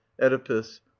oedipus